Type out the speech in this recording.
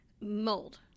Mold